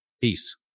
Peace